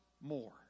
more